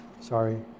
sorry